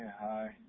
hi